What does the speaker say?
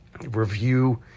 review